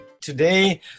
Today